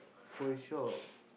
phone shop